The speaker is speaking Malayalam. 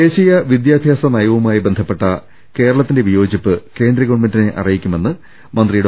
ദേശീയ വിദ്യാഭ്യാസ നയവുമായി ബന്ധപ്പെട്ട കേരള ത്തിന്റെ വിയോജിപ്പ് കേന്ദ്ര ഗവൺമെന്റിനെ അറിയിക്കുമെന്ന് മന്ത്രി ഡോ